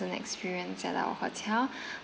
experience at our hotel